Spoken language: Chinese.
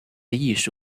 艺术